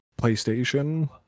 PlayStation